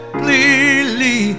clearly